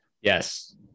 Yes